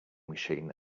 machine